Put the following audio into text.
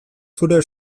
zure